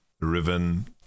Riven